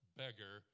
beggar